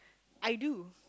I do